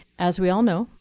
as we all know,